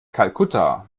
kalkutta